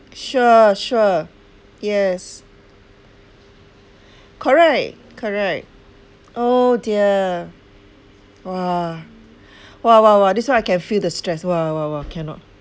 sure sure yes correct correct oh dear !wah! !wah! !wah! !wah! this one I can feel the stress !wah! !wah! !wah! cannot